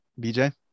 BJ